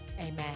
amen